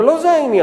אבל לא זה העניין.